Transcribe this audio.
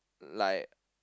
like